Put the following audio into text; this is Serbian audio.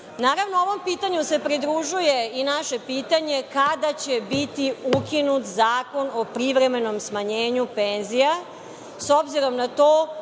ovom pitanju se pridružuje i naše pitanje, kada će biti ukinut Zakon o privremenom smanjenju penzija, s obzirom na to